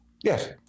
yes